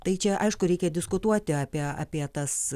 tai čia aišku reikia diskutuoti apie apie tas